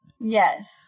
Yes